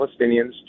Palestinians